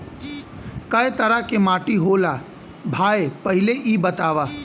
कै तरह के माटी होला भाय पहिले इ बतावा?